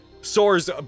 soars